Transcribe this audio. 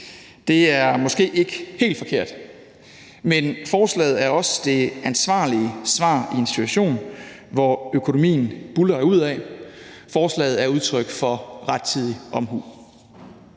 Det er måske ikke helt forkert. Men forslaget er også det ansvarlige svar i en situation, hvor økonomien buldrer derudad. Forslaget er udtryk for rettidig omhu.